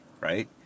right